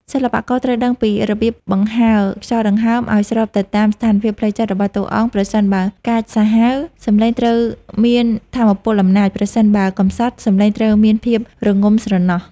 សិល្បករត្រូវដឹងពីរបៀបបង្ហើរខ្យល់ដង្ហើមឱ្យស្របទៅតាមស្ថានភាពផ្លូវចិត្តរបស់តួអង្គ ប្រសិនបើកាចសាហាវ សំឡេងត្រូវមានថាមពលអំណាច ប្រសិនបើកំសត់ សំឡេងត្រូវមានភាពរងំស្រណោះ។